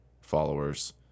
followers